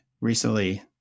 recently